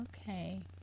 Okay